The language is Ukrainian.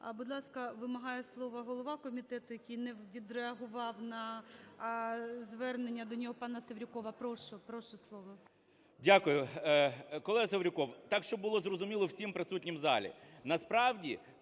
Будь ласка, вимагає слова голова комітету, який не відреагував на звернення до нього пана Севрюкова. Прошу, прошу слово. 11:47:02 КНЯЖИЦЬКИЙ М.Л. Дякую. Колего Севрюков! Так, щоб було зрозуміло всім присутнім у залі. Насправді,